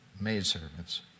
maidservants